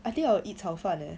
I think I will eat 炒饭 eh